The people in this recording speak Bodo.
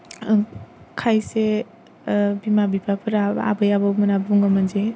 खायसे बिमा बिफाफोरा बा आबै आबौमोना बुङोमोन जे